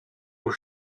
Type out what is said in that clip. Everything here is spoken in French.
aux